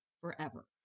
forever